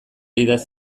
idatz